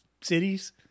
cities